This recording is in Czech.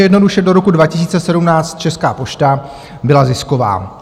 Jednoduše, do roku 2017 Česká pošta byla zisková.